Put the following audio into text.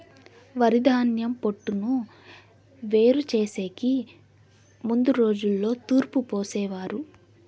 వరిధాన్యం పొట్టును వేరు చేసెకి ముందు రోజుల్లో తూర్పు పోసేవారు